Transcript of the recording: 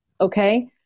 Okay